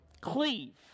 Cleave